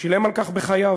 שילם על כך בחייו,